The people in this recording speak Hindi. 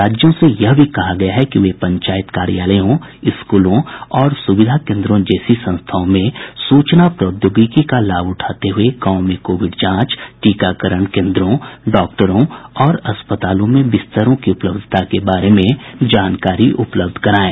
राज्यों से यह भी कहा गया है कि वे पंचायत कार्यालयों स्कूलों और सुविधा कोन्द्रों जैसी संस्थाओं में सूचना प्रौद्योगिकी का लाभ उठाते हुए गांवों में कोविड जांच टीकाकरण केन्द्रों डॉक्टरों और अस्पतालों में बिस्तरों की उपलब्धता के बारे में जानकारी उपलब्ध कराएं